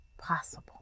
possible